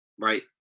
Right